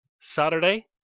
Saturday